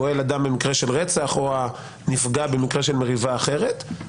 גואל הדם במקרה של רצח או הנפגע במקרה של מריבה אחרת.